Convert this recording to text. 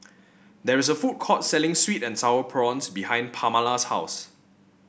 there is a food court selling sweet and sour prawns behind Pamala's house